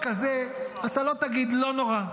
אני אגיד לך משהו.